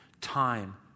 Time